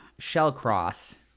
Shellcross